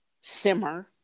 simmer